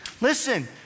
Listen